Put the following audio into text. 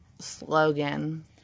Slogan